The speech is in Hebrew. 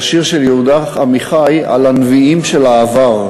את השיר של יהודה עמיחי על הנביאים של העבר.